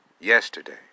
Yesterday